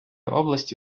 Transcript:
області